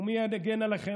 ומי יגן עליכם,